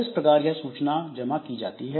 इस प्रकार यह सूचना जमा की जाती है